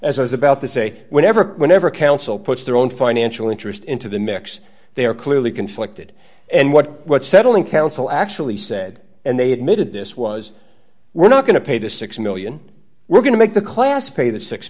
as i was about to say whenever whenever council puts their own financial interest into the mix they are clearly conflicted and what what settling council actually said and they admitted this was we're not going to pay the six million dollars we're going to make the class pay the six